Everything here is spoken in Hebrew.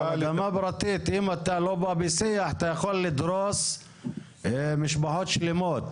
אבל אדמה פרטית אם אתה לא בא בשיח אתה יכול לדרוס משפחות שלמות,